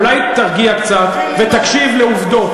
אולי תרגיע קצת ותקשיב לעובדות?